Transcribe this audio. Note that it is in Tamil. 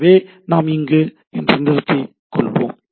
எனவே நாம் இங்கே நிறுத்திக் கொள்வோம்